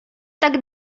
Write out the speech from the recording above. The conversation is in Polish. tak